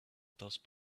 those